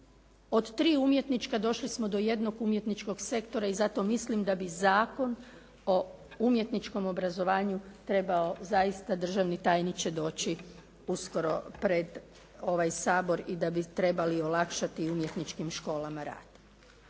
Od tri umjetnička došli smo do jednog umjetničkog sektora i zato mislim da bi Zakon o umjetničkom obrazovanju trebao zaista državni tajniče doći uskoro pred ovaj Sabor i da bi trebali olakšati umjetničkim školama rad.